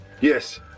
Yes